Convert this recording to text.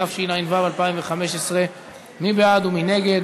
התשע"ו 2015. מי בעד ומי נגד?